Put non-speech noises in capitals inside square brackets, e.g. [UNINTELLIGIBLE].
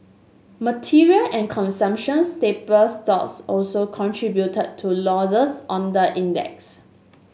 material and [UNINTELLIGIBLE] staple stocks also contributed to losses on the index